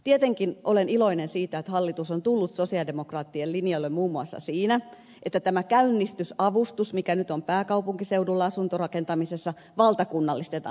tietenkin olen iloinen siitä että hallitus on tullut sosialidemokraattien linjalle muun muassa siinä että tämä käynnistysavustus mikä nyt on pääkaupunkiseudulla asuntorakentamisessa valtakunnallistetaan